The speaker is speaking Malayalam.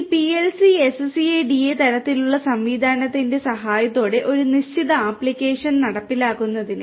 ഈ PLC SCADA തരത്തിലുള്ള സംവിധാനത്തിന്റെ സഹായത്തോടെ ഒരു നിശ്ചിത ആപ്ലിക്കേഷൻ നടപ്പിലാക്കുന്നതിന്